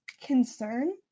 Concern